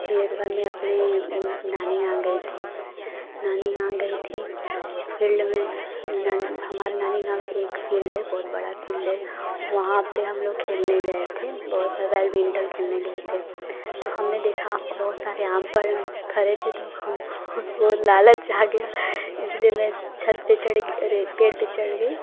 फिर एक बार मैं अपने नानी यहाँ गई थी नानी यहाँ गई थी फील्ड में नानी हमारे नानी गाँव एक फील्ड है बहुत बड़ा फील्ड है वहाँ पर हम लोग खेलने गए थे बहुत सारा बैडमिंटल खेलने गए थे तो हमने देखा बहुत सारे आम पर फले थे तो हम वो लालच आ गया इसलिए मैं छत पर चढ़ गई अरे पेड़ पर चढ़ गई